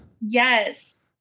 Yes